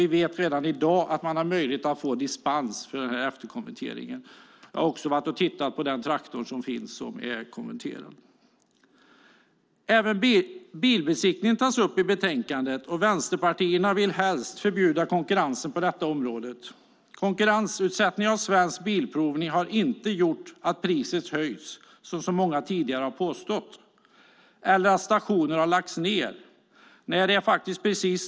Vi vet redan i dag att det är möjligt att få dispens för efterkonverteringen. Jag har också tittat på den traktor som är konverterad. Även frågan om bilbesiktningen tas upp i betänkandet. Vänsterpartierna vill helst förbjuda konkurrensen på detta område. Konkurrensutsättning av Svensk Bilprovning har inte gjort att priset höjts, såsom många tidigare har påstått, eller att stationer har lagts ned. Det är precis tvärtom.